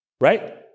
Right